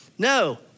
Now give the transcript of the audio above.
No